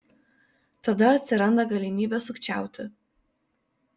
tada atsiranda galimybė sukčiauti